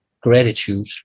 gratitude